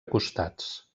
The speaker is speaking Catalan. costats